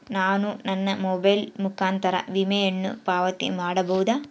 ನಾನು ನನ್ನ ಮೊಬೈಲ್ ಮುಖಾಂತರ ವಿಮೆಯನ್ನು ಪಾವತಿ ಮಾಡಬಹುದಾ?